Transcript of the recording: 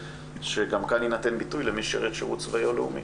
שגם כאן יינתן ביטוי למי ששירת שירות צבאי או לאומי.